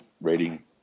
rating